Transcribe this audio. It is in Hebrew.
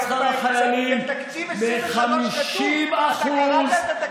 בתקציב 2023 כתוב.